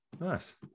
Nice